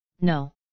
No